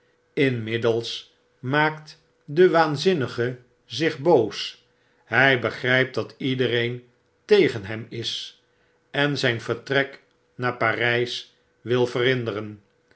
inmiddels maakt de waanzinnige zich boos hij begrypt dat iedereen tegen hem is enzijn vertrek naar parys wil verhinderen